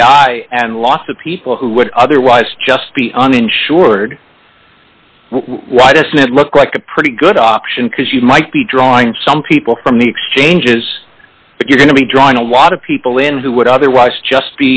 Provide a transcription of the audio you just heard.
ira and a lot of people who would otherwise just be uninsured why doesn't it look like a pretty good option because you might be drawing some people from the exchanges but you're going to be drawing a lot of people in who would otherwise just